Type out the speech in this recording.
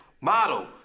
model